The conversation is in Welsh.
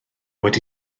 wedi